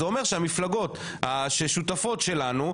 זה אומר שהמפלגות השותפות שלנו,